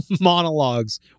monologues